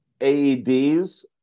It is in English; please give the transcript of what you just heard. AEDs